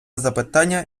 запитання